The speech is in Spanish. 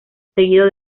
seguido